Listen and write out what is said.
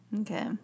Okay